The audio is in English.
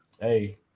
Hey